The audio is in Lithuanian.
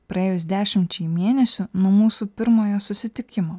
praėjus dešimčiai mėnesių nuo mūsų pirmojo susitikimo